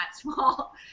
small